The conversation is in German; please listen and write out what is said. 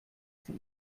sie